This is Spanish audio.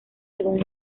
algún